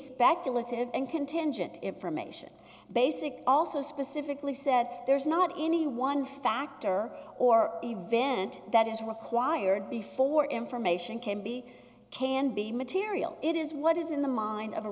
speculative and contingent information basic also specifically said there's not any one factor or event that is required before information can be can be material it is what is in the mind